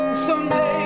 someday